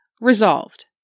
Resolved